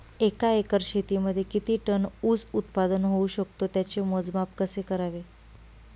एका एकर शेतीमध्ये किती टन ऊस उत्पादन होऊ शकतो? त्याचे मोजमाप कसे करावे?